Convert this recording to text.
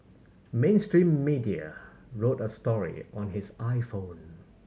mainstream media wrote a story on his iPhone